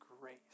grace